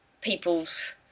people's